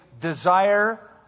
desire